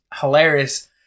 hilarious